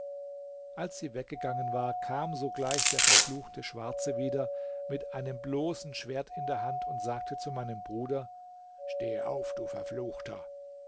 als sie weggegangen war kam sogleich der verfluchte schwarze wieder mit einem bloßen schwert in der hand er sagte zu meinem bruder steh auf du verfluchter